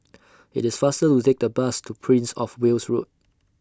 IT IS faster to Take The Bus to Prince of Wales Road